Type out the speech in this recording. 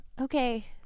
Okay